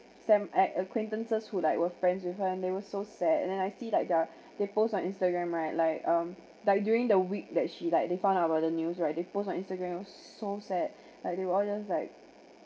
same ac~ acquaintances who like were friends with and there was so sad and then I see like they're they post on Instagram right like um like during the week that she like they found out about the news right they post on Instagram it was so sad like we all just like